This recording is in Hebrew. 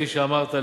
כפי שאמרת,